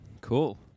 Cool